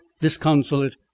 disconsolate